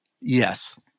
Yes